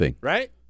Right